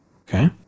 Okay